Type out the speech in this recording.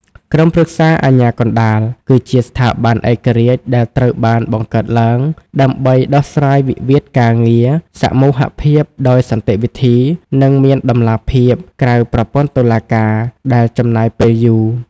ក្រុមប្រឹក្សាអាជ្ញាកណ្តាល គឺជាស្ថាប័នឯករាជ្យដែលត្រូវបានបង្កើតឡើងដើម្បីដោះស្រាយវិវាទការងារសមូហភាពដោយសន្តិវិធី និងមានតម្លាភាពក្រៅប្រព័ន្ធតុលាការដែលចំណាយពេលយូរ។